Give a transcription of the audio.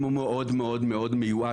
אם הוא מאוד מאוד מאוד מיואש,